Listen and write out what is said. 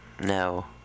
No